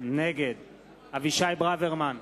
נגד אבישי ברוורמן,